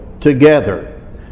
Together